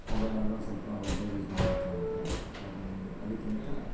mobile ಆದ್ರೆ ಒಂದು ಸ್ವಲ್ಪ ಒಬ್ಬರೇ ಯೂಸ್ ಮಾಡೋದಕ್ಕಾಗುತ್ತೆ ಆದ್ರಿಂದ ಅದಕ್ಕಿಂತ